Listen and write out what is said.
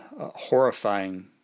horrifying